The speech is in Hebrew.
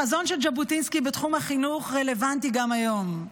החזון של ז'בוטינסקי בתחום החינוך רלוונטי גם היום,